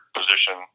position